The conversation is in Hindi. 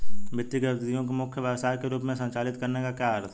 वित्तीय गतिविधि को मुख्य व्यवसाय के रूप में संचालित करने का क्या अर्थ है?